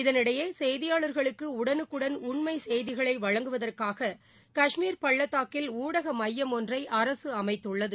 இதனிடையே செய்தியாளர்களுக்கு உடனுக்குடன் உண்மை செய்திகளை வழங்குவதற்காக கஷ்மீர் பள்ளத்தாக்கில் ஊடக மையம் ஒன்றை அரசு அமைத்துள்ளது